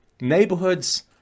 Neighborhoods